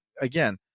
Again